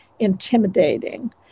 intimidating